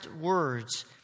words